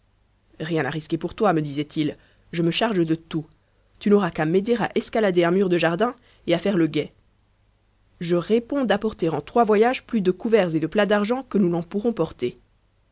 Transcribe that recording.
rien à risquer pour toi me disait-il je me charge de tout tu n'auras qu'à m'aider à escalader un mur de jardin et à faire le guet je réponds d'apporter en trois voyages plus de couverts et de plats d'argent que nous n'en pourrons porter